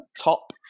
top